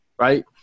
right